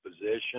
position